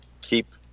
keep